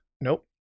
Nope